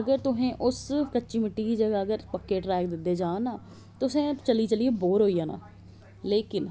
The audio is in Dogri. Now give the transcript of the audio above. अगर तुसें उस क्चची मिट्टी गी जगह अगर पक्के ट्रैक दित्ते जान ना तुसे चली चली ऐ बोर होई जाना लैकिन